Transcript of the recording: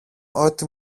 ότι